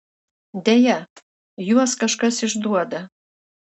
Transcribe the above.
deja juos kažkas išduoda